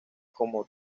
como